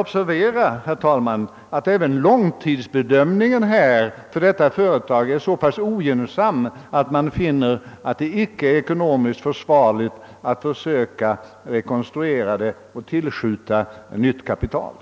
Observera att även regeringens långtidsbedömning för detta företag i höstas blivit så ogynnsam att man fann att det inte är ekonomiskt försvarligt att försöka rekonstruera företaget och tillskjuta nytt kapital.